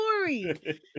story